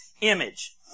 image